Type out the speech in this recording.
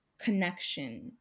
connection